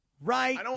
right